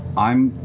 i'm.